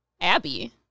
Abby